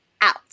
Out